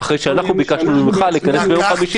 אם אנחנו מקבלים היום תקנות